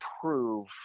prove